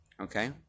okay